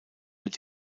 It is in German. wird